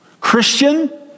Christian